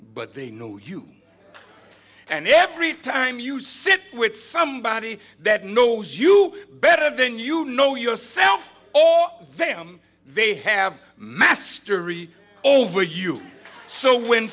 but they know you and every time you sit with somebody that knows you better then you know yourself vam they have mastery over you so when